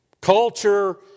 culture